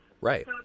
Right